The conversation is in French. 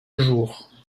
jours